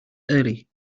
early